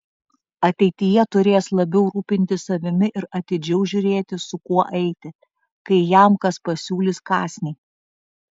ateityje turės labiau rūpintis savimi ir atidžiau žiūrėti su kuo eiti kai jam kas pasiūlys kąsnį